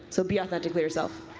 so be authentic for yourself.